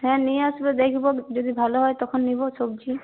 হ্যাঁ নিয়ে আসবে দেখবো যদি ভালো হয় তখন নেবো সবজি